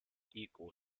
equal